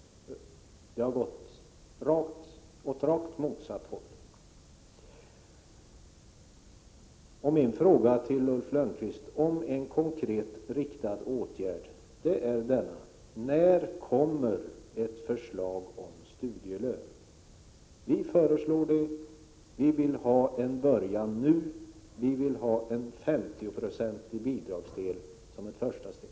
Det har gått åt rakt motsatt håll. Min fråga till Ulf Lönnqvist om en konkret riktad åtgärd är: När kommer ett förslag om studielön? Vi föreslår en sådan reform, och vi vill att den påbörjas nu. Vi vill ha en 50-procentig bidragsdel som ett första steg.